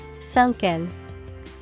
sunken